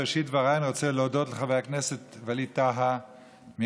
בראשית דבריי אני רוצה להודות לחבר הכנסת ווליד טאהא מרע"מ,